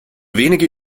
wenige